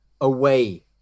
away